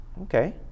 Okay